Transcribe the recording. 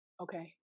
Okay